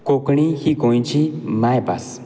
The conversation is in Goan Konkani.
कोंकणी ही गोंयची मायभास